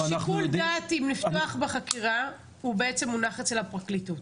שיקול הדעת אם לפתוח בחקירה הוא בעצם מונח אצל הפרקליטות.